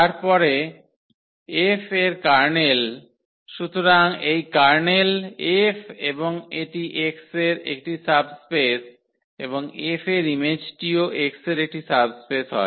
তারপরে 𝐹 এর কার্নেল সুতরাং এই কার্নেল 𝐹 এবং এটি X এর একটি সাবস্পেস এবং 𝐹 এর ইমেজটিও X এর একটি সাবস্পেস হয়